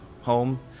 home